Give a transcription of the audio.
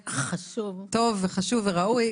חשוב וראוי,